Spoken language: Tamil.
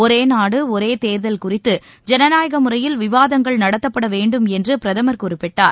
ஒரே நாடு ஒரே தேர்தல் குறித்து ஜனநாயக முறையில் விவாதங்கள் நடத்தப்பட வேண்டும் என்று பிரதமர் குறிப்பிட்டார்